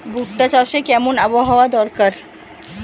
ভুট্টা চাষে কেমন আবহাওয়া দরকার?